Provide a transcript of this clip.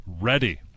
ready